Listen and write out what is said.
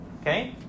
okay